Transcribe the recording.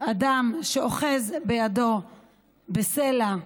אדם שאוחז בידו בסלע,